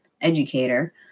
educator